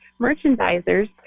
merchandisers